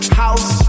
house